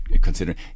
considering